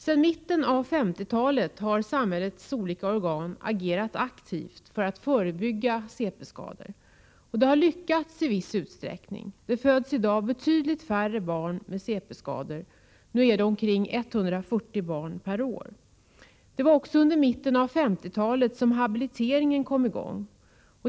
Sedan mitten av 1950-talet har samhällets olika organ agerat aktivt för att förebygga cp-skada. Det har lyckats i viss utsträckning. Det föds i dag betydligt färre barn med cp-skada. Nu är det omkring 140 barn per år. Det var också i mitten av 1950-talet som habiliteringen kom i gång.